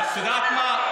את יודעת מה,